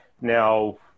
now